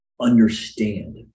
understand